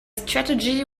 strategy